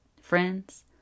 Friends